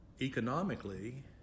economically